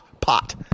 pot